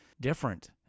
different